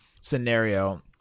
scenario